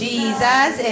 Jesus